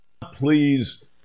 Pleased